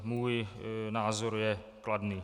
Můj názor je kladný.